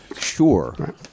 Sure